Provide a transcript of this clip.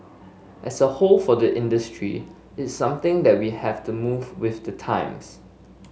as a whole for the industry it's something that we have to move with the times